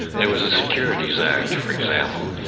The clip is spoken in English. there was a securities act for example,